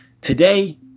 today